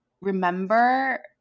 remember